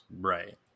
right